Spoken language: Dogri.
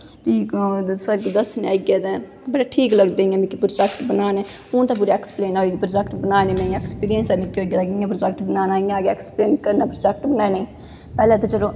फिह् सर गी दस्सने जाईयै ते बड़े शैल लगदे मिगी प्रौजैक्ट बनाने इयां हून तां पूरा ऐक्सपिरिंमस ऐ पर्जैक्ट बनानें गी इयां मिगी इयां प्रौजैक्ट बनाना इयां ऐक्सपलेन करनां इयां पैह्लैं ते चलो